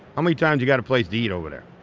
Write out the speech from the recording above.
how many times you got a place to eat over there?